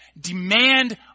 Demand